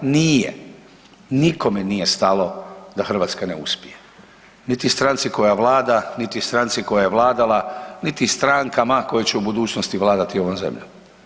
Nije, nikome nije stalo da Hrvatska ne uspije niti stranci koja vlada, niti stranci koja je vladala, niti strankama koje će u budućnosti vladati ovom zemljom.